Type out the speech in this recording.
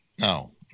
No